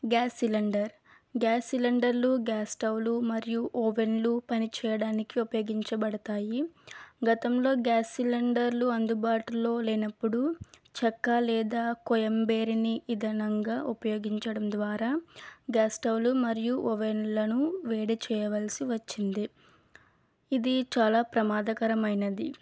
gas cylinder gas సిలిండర్లు gas స్టవ్లు మరియు ఓవెన్లు పనిచేయడానికి ఉపయోగించబడతాయి గతంలో గ్యాస్ సిలిండర్లు అందుబాటులో లేనప్పుడు చెక్క లేదా కోయంబేరిని ఇదేనంగా ఉపయోగించడం ద్వారా గ్యాస్ స్టవ్లు మరియు ఓవెన్లను వేడి చేయవలసి వచ్చింది ఇది చాలా ప్రమాదకరమైనది